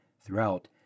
throughout